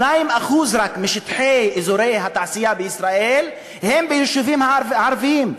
רק 2% משטחי אזורי התעשייה בישראל הם ביישובים ערביים,